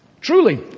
Truly